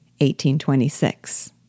1826